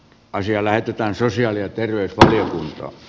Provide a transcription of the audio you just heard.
asia lähetetään sosiaali ja terveysvaliokunta a